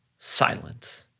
silence.